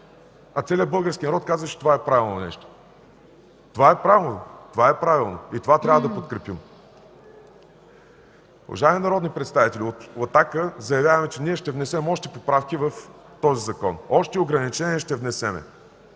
а целият български народ казваше, че е правилно нещо. Това е правилно и това трябва да подкрепим. Уважаеми народни представители, от „Атака” заявяваме, че ние ще внесем още поправки в този закон, още ограничения ще внесем,